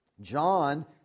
John